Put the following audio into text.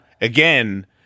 again